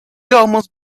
almost